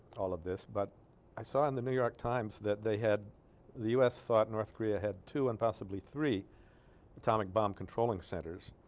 all of this but i saw in the new york times that they had the u s thought north korea had two and possibly three atomic bomb controlling centers